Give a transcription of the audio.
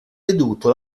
veduto